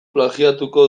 plagiatuko